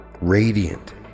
radiant